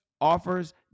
offers